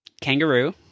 kangaroo